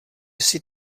jsi